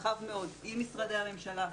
רחב מאוד עם משרדי הממשלה,